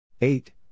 eight